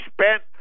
spent